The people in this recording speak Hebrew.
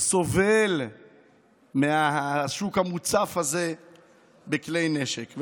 סובל מהשוק המוצף הזה בכלי נשק.